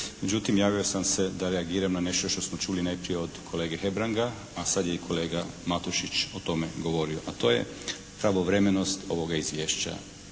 međutim javio sam se da reagiram na nešto što smo čuli najprije od kolege Hebranga a sad je i kolega Matušić o tome govorio.A to je pravovremenost ovoga izvješća.